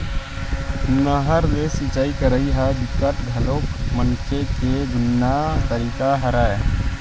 नहर ले सिचई करई ह बिकट घलोक मनखे के जुन्ना तरीका हरय